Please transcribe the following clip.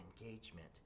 engagement